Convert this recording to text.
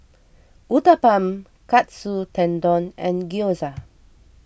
Uthapam Katsu Tendon and Gyoza